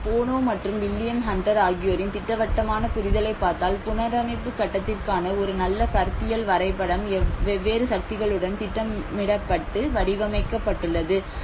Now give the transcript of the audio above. ஆகவே போனோ மற்றும் William Hunter ஆகியோரின் திட்டவட்டமான புரிதலைப் பார்த்தால் புனரமைப்பு கட்டத்திற்கான ஒரு நல்ல கருத்தியல் வரைபடம் வெவ்வேறு சக்திகளுடன் திட்டமிடப்பட்டு வடிவமைக்கப்பட்டுள்ளது